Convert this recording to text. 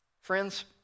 Friends